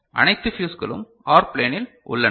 அனைத்து ஃபியூஸ்களும் OR ப்ளேனில் உள்ளன